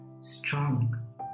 strong